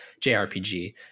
JRPG